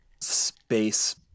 space